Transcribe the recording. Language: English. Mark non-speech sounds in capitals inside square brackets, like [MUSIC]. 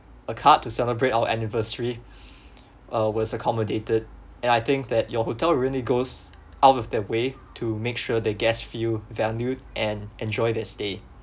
a card to celebrate our anniversary [BREATH] uh was accommodated and I think that your hotel really goes out of their way to make sure the guests feel valued and enjoy their stay